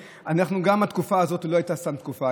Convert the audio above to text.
גם התקופה הזאת לא הייתה סתם תקופה.